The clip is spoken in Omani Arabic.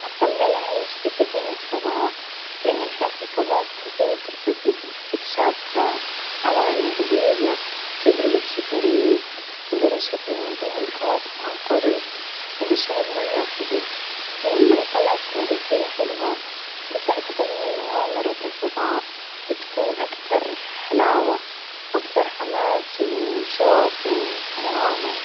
أفظل أعيش في سفينة فظاء، لأن الحياة في الفظاء بتعطيني فرصة ات استكشاف عوالم جديدة وتجربة شي فريد، أقدر أشوف النجوم والكواكب عن قرب، هذا الشعور مرة حلو، بينما القلعة التاريخية حلوة بس أعتقد إن مغامرة الفظاء بتكون أكثر حلاوة وأكثر حماس وشوق ومغامرة.